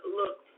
look